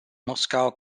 moscow